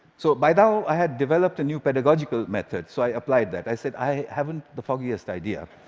so by now, i had developed a new pedagogical method, so i applied that. i said, i haven't the foggiest idea.